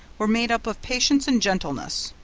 were made up of patience and gentleness,